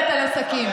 מה עשיתם בשבילם?